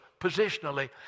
positionally